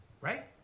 right